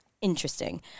Interesting